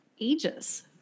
ages